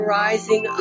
rising